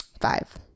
five